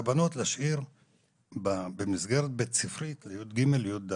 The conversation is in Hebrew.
שאת הבנות להשאיר במסגרת בית ספרית לכיתה י"ג ו-י"ד